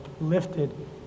lifted